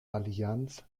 allianz